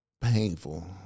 painful